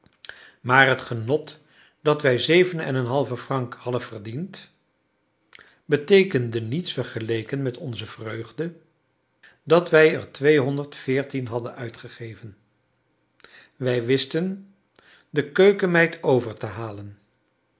maar het genot dat wij zeven en een halven franc hadden verdiend beteekende niets vergeleken met onze vreugde dat wij er twee honderd veertien hadden uitgegeven wij wisten de keukenmeid over te halen